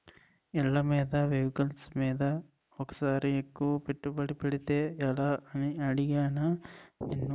ఇళ్ళమీద, వెహికల్స్ మీద ఒకేసారి ఎక్కువ పెట్టుబడి పెడితే ఎలా అని అడిగానా నిన్ను